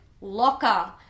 Locker